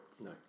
No